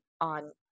on